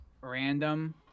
random